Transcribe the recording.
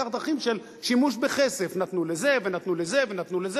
זה היה בעיקר דרכים של שימוש בכסף: נתנו לזה ונתנו לזה ונתנו לזה.